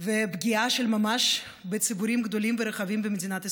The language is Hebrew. ופגיעה של ממש בציבורים גדולים ורחבים במדינת ישראל,